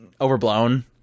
overblown